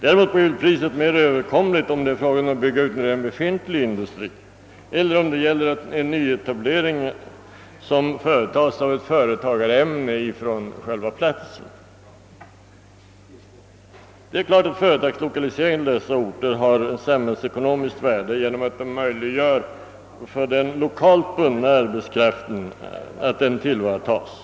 Däremot är priset mer överkomligt, om det är fråga om att bygga ut redan befintlig industri eller om det gäller en nyetablering av ett företagarämne från själva platsen. Det är klart att företagslokalisering i dessa orter har ett samhällsekonomiskt värde genom att den möj liggör att den lokalt bundna arbetskraften tillvaratas.